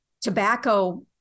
tobacco